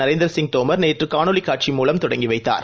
நரேந்திரசிங் தோமர் நேற்றுகாணொளிகாட்சி மூலம் தொடங்கிவைத்தார்